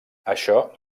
això